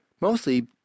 Mostly